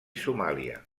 somàlia